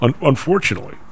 Unfortunately